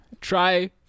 Try